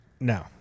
No